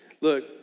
Look